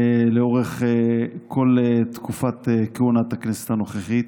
לאורך כל תקופת כהונת הכנסת הנוכחית.